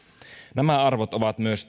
nämä arvot ovat myös